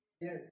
Yes